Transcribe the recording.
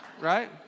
Right